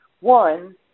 One